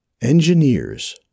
Engineers